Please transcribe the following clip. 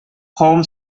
home